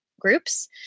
groups